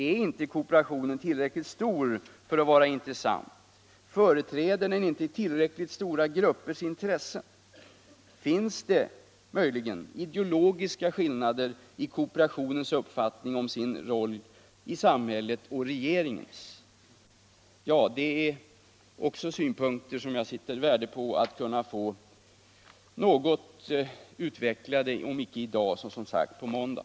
Är inte kooperationen tillräckligt stor för att vara intressant? Företräder den inte tillräckligt stora gruppers intressen? Finns det möjligen ideologiska skillnader i kooperationens uppfattning om sin roll i samhället och regeringens? Detta är också synpunkter som jag sätter värde på att få något utvecklade, om icke i dag så dock som sagt på måndag.